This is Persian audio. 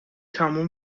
تموم